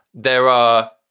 there are.